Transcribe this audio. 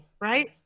right